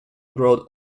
growth